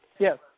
Yes